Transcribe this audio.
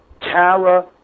Tara